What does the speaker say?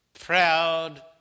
proud